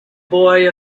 boy